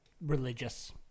religious